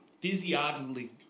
physiologically